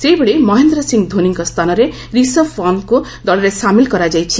ସେହିଭଳି ମହେନ୍ଦ୍ର ସିଂ ଧୋନୀଙ୍କ ସ୍ଥାନରେ ରିଷଭ ପନ୍ତ୍ରଙ୍କୁ ଦଳରେ ସାମିଲ୍ କରାଯାଇଛି